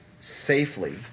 safely